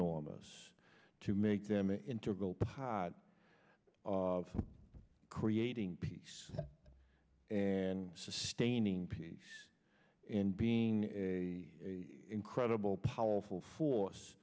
enormous to make them interval pot of creating peace and sustaining peace and being a incredible powerful force